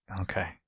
Okay